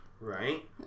right